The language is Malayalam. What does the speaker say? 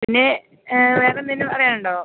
പിന്നേ വേറെ എന്തെങ്കിലും അറിയാനുണ്ടോ